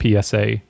PSA